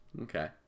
okay